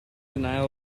denial